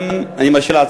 אני רציתי להבטיח לך בשמי,